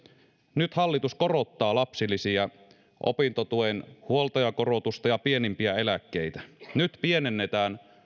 nyt hallitus korottaa lapsilisiä opintotuen huoltajakorotusta ja pienimpiä eläkkeitä nyt pienennetään